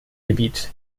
gebiet